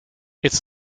its